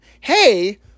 hey